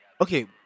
okay